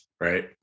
right